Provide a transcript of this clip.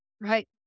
Right